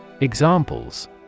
Examples